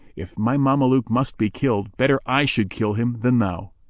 if my mameluke must be killed, better i should kill him than thou.